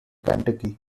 kentucky